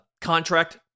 contract